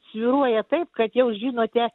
svyruoja taip kad jau žinote